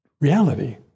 reality